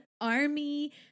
army